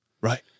Right